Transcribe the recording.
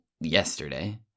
yesterday